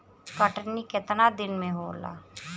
कटनी केतना दिन में होला?